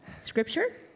Scripture